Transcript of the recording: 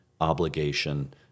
obligation